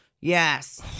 Yes